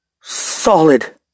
solid